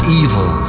evil